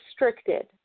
restricted